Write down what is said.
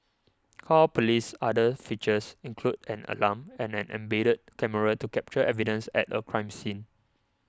call Police's other features include an alarm and an embedded camera to capture evidence at a crime scene